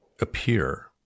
appear